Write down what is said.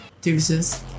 Deuces